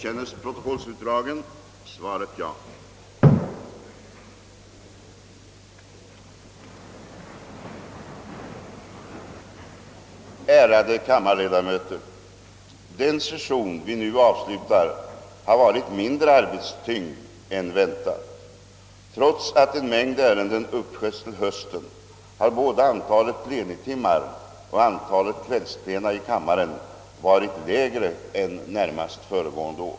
ärade kammarledamöter! Den session vi nu avslutar har varit mindre arbetstyngd än väntat. Trots att en mängd ärenden uppsköts till hösten har både antalet plenitimmar och antalet kvällsplena i kammaren varit lägre än närmast föregående år.